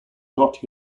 not